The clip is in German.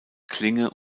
klinge